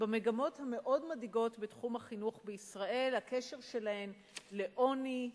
במגמות המאוד מדאיגות בתחום החינוך בישראל והקשר שלהן לעוני,